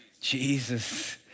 Jesus